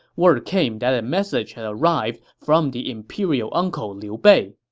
word came that a message had arrived from the imperial uncle liu bei.